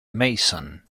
mason